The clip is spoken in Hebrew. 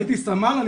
הייתי סמל.